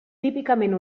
típicament